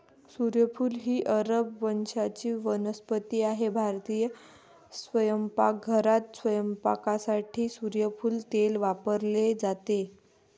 सूर्यफूल ही अरब वंशाची वनस्पती आहे भारतीय स्वयंपाकघरात स्वयंपाकासाठी सूर्यफूल तेल वापरले जाते